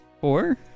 Four